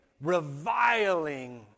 reviling